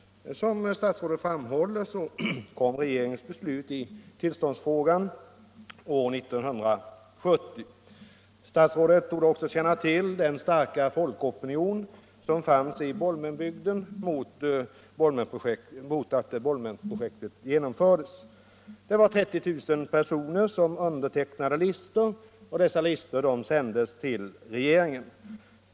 Som statsrådet framhåller kom regeringens beslut i tillståndsfrågan år 1970. Statsrådet torde också känna till den starka folkopinion som fanns i Bolmenbygden mot att Bolmenprojektet genomfördes. Det var 30 000 personer som skrev på listor, vilka sedan sändes in till regeringen.